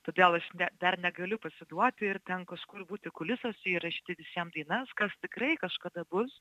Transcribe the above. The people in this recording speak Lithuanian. todėl aš dar negaliu pasiduoti ir ten kažkur būti kulisuose ir rašyti visiem dainas kas tikrai kažkada bus